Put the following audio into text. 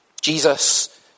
Jesus